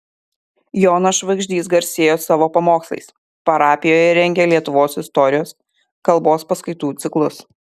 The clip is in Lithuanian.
jonas švagždys garsėjo savo pamokslais parapijoje rengė lietuvos istorijos kalbos paskaitų ciklus